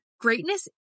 greatness